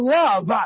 love